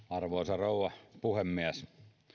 arvoisa rouva puhemies